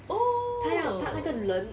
oh